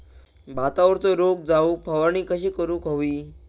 भातावरचो रोग जाऊक फवारणी कशी करूक हवी?